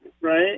Right